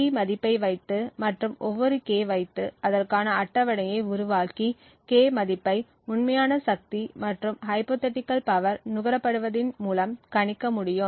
P மதிப்பை வைத்து மற்றும் ஒவ்வொரு K வைத்து அதற்கான அட்டவணையை உருவாக்கி K மதிப்பை உண்மையான சக்தி மற்றும் ஹைப்போதீட்டிகள் பவர் நுகரப்படுவதின் மூலம் கணிக்க முடியும்